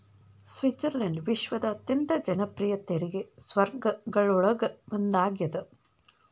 Switzerland ವಿಶ್ವದ ಅತ್ಯಂತ ಜನಪ್ರಿಯ ತೆರಿಗೆ ಸ್ವರ್ಗಗಳೊಳಗ ಒಂದಾಗ್ಯದ